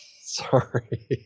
Sorry